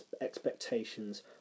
expectations